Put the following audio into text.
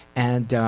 and